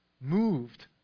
Moved